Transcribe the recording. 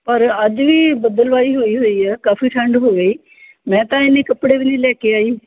ਪਰ ਅੱਜ ਵੀ ਬੱਦਲਵਾਈ ਹੋਈ ਹੋਈ ਆ ਕਾਫ਼ੀ ਠੰਡ ਹੋ ਗਈ ਮੈਂ ਤਾਂ ਇੰਨੇ ਕੱਪੜੇ ਵੀ ਨਹੀਂ ਲੈ ਕੇ ਆਈ